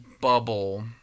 bubble